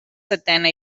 setena